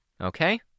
Okay